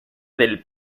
del